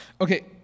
Okay